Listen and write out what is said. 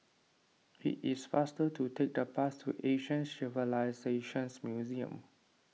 it is faster to take the bus to Asian Civilisations Museum